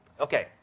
Okay